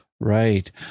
Right